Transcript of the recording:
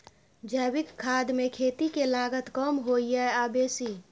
जैविक खाद मे खेती के लागत कम होय ये आ बेसी?